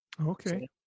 Okay